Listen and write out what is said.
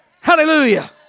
hallelujah